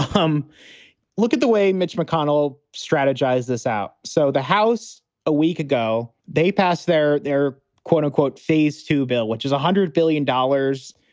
um look at the way mitch mcconnell strategized this out. so the house a week ago, they passed their their quote unquote, phase two bill, which is one hundred billion dollars.